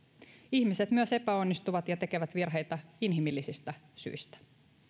ihmiset myös epäonnistuvat ja tekevät virheitä inhimillisistä syistä